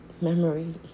memory